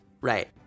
Right